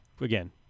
again